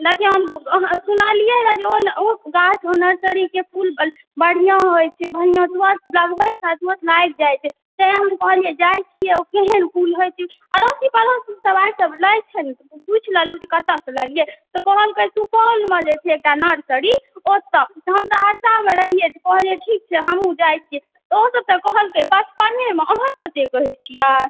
सुनलियै हइ जे ओ ने ओ गाछ ओ नरसरीके फूल बला ब बढ़िऑं होइ छै लगबै कालमे लागि जाइ छै तैं हम कहलिए जाइ छियै ओ केहन फूल होइ छै अड़ोसी पड़ोसी सब आबिके लै छै ने तऽ पुछि लेलहुँ जे कतऽ से लेलिए तऽ कहलकै सुपौलमे जे छै एक टा नरसरी ओतऽ हम सहरसामे रहिए कहलिए ठीक छै हमहुँ जाइ छियै ओ सब तऽ कहलकै पचपनेमे अहाँ किए अतेक कहै छियै